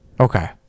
Okay